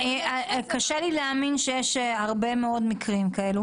להאמין שיש הרבה מקרים כאלה.